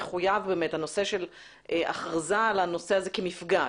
מחויבת הכרזה של הנושא כמפגע?